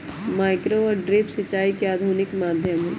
micro और drip सिंचाई के आधुनिक माध्यम हई